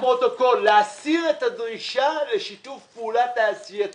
יש כאן פרוטוקול: להסיר את הדרישה לשיתוף פעולה תעשייתי